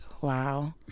wow